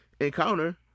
encounter